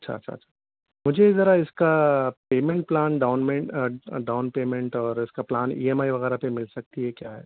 اچھا اچھا اچھا مجھے ذرا اس کا پیمنٹ پلان ڈاؤنمنٹ ڈاؤن پیمنٹ اور اس کا پلان ای ایم آئی وغیرہ پہ مل سکتی ہے کیا ہے